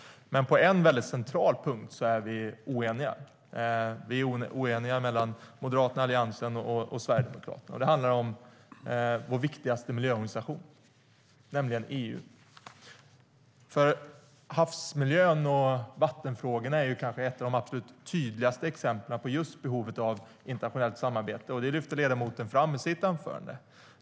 Men på en väldigt central punkt är vi oeniga mellan Moderaterna och Alliansen och Sverigedemokraterna. Det handlar om vår viktigaste miljöorganisation, nämligen EU. Havsmiljön och vattenfrågorna är kanske ett av de absolut tydligaste exemplen på behovet av internationellt samarbete. Det lyfter ledamoten fram i sitt anförande.